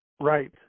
Right